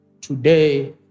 today